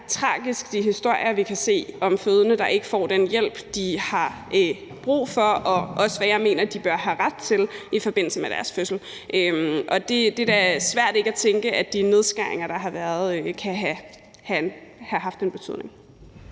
Og jeg synes, de historier, vi hører, om fødende, der ikke får den hjælp, de har brug for, og som jeg også mener de bør have ret til i forbindelse med deres fødsel, er tragiske, og det er da svært ikke at tænke, at de nedskæringer, der er blevet gennemført, kan have haft en betydning.